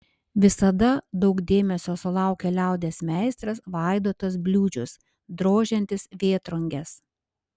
visada daug dėmesio sulaukia liaudies meistras vaidotas bliūdžius drožiantis vėtrunges